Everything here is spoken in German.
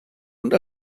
und